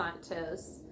Santos